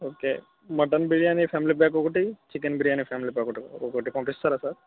okay mutton biryani family pack ఒకటి chicken biryani family pack ఒకటి ఒకటి పంపిస్తారా సార్